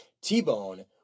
T-Bone